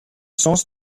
sens